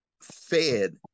fed